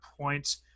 points